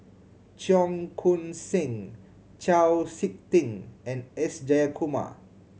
Cheong Koon Seng Chau Sik Ting and S Jayakumar